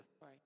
Right